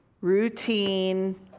routine